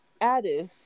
Addis